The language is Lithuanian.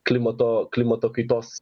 klimato klimato kaitos